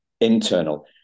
internal